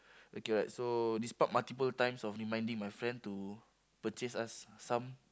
okay right so despite multiple times of reminding my friend to purchase us some